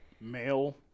male